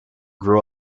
grew